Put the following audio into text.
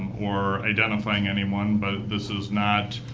or identifying anyone. but this is not,